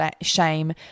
shame